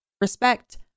Respect